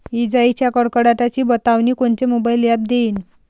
इजाइच्या कडकडाटाची बतावनी कोनचे मोबाईल ॲप देईन?